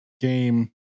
game